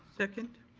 second.